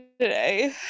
today